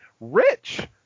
rich